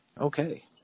Okay